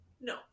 No